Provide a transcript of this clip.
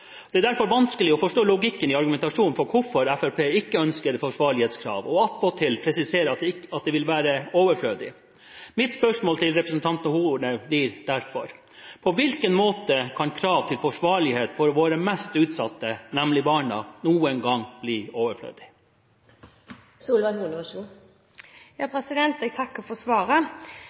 Det er derfor vanskelig å forstå logikken i argumentasjonen for hvorfor Fremskrittspartiet ikke ønsker forsvarlighetskrav og attpåtil presiserer at det vil være overflødig. Mitt spørsmål til representanten Horne blir derfor: På hvilken måte kan krav til forsvarlighet for våre mest utsatte, nemlig barna, noen gang blir overflødig? Jeg takker for